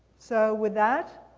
so with that,